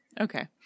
Okay